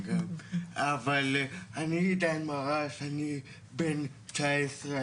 אני בן 19 ,